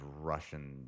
Russian